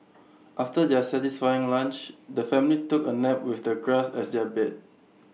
after their satisfying lunch the family took A nap with the grass as their bed